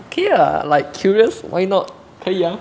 okay lah like curious why not 可以啊